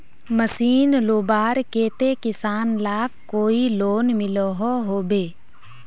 Machine लुबार केते किसान लाक कोई लोन मिलोहो होबे?